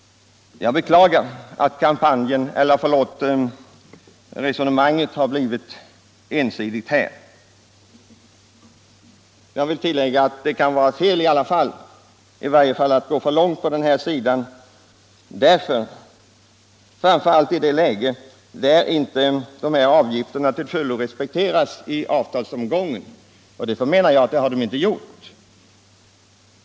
Jag beklagar att resonemanget har blivit ensidigt här. Jag vill tillägga att det ändå kan vara fel att gå för långt på den här vägen, framför allt om man inte till fullo tar hänsyn till avgifterna i avtalsomgången, och det förmenar jag att man inte har gjort.